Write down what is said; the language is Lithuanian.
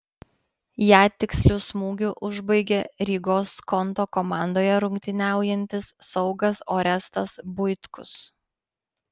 ją tiksliu smūgiu užbaigė rygos skonto komandoje rungtyniaujantis saugas orestas buitkus